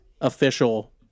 official